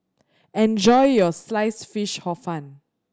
enjoy your Sliced Fish Hor Fun